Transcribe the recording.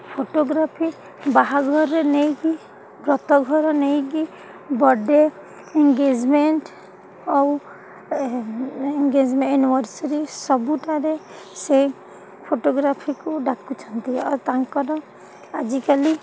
photography ବାହାଘରରେ ନେଇକି ବ୍ରତଘର ନେଇକି ବଡେ ଏନ୍ଗେଜ୍ମେଣ୍ଟ୍ ଆଉ ଏନ୍ଗେଜ୍ମେଣ୍ଟ୍ ଏନିଭର୍ସରୀ ସବୁଠାରେ ସେ ଫଟୋଗ୍ରାଫିକୁ ଡାକୁଛନ୍ତି ଆଉ ତାଙ୍କର ଆଜିକାଲି